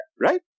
right